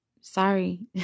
Sorry